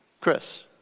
Chris